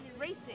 racing